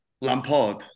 Lampard